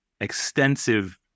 extensive